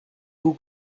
vous